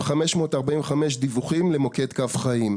2,545 דיווחים למוקד קו חיים,